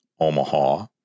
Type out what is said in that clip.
Omaha